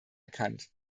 erkannt